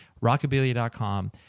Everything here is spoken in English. rockabilia.com